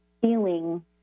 feeling